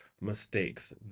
mistakes